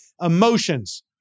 Emotions